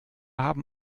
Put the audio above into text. haben